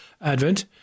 Advent